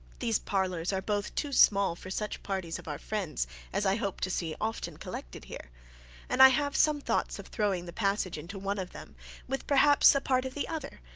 these parlors are both too small for such parties of our friends as i hope to see often collected here and i have some thoughts of throwing the passage into one of them with perhaps a part of the other,